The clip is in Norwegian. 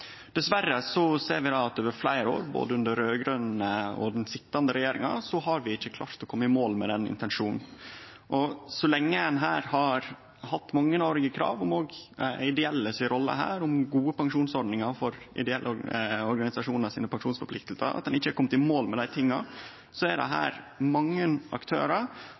Dessverre ser vi at vi over fleire år, verken under den raud-grøne eller under den sitjande regjeringa, ikkje har klart å kome i mål med den intensjonen. Så lenge ein har hatt mangeårige krav om gode pensjonsordningar i ideelle organisasjonar, men ikkje kome i mål, er det mange aktørar som opplever at offentlege pensjonsordningar betyr uføreseielege kostnader for ideelle verksemder, slik ein mellom anna har sett i